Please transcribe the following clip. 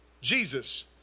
Jesus